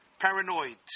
paranoid